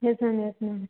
yes ma'am yes ma'am